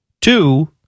Two